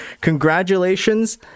Congratulations